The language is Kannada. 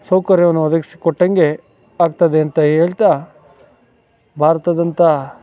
ಸೌಕರ್ಯವನ್ನು ಒದಗಿಸಿ ಕೊಟ್ಟಂಗೆ ಆಗ್ತದೆ ಅಂತ ಹೇಳ್ತಾ ಭಾರತದಂಥ